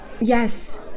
Yes